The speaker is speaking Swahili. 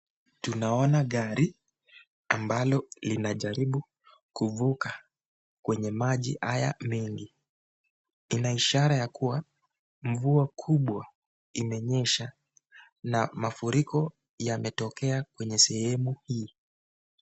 Tunaona gari ambalo linajaribu kuvuka kwenye maji haya mengi inaishara ya kuwa mvua kubwa imenyesha na mafuriko yametokea kwenye sehemu hii.